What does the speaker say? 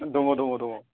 दङ दङ दङ